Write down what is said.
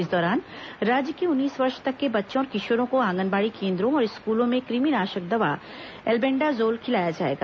इस दौरान राज्य के उन्नीस वर्ष तक के बच्चों और किषोरों को आंगनबाड़ी केन्द्रों और कृमि नाषक दवा एल्बेंडाजोल खिलाया जाएगा